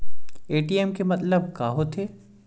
ATM के मतलब का होथे?